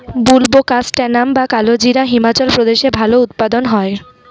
বুলবোকাস্ট্যানাম বা কালোজিরা হিমাচল প্রদেশে ভালো উৎপাদন হয়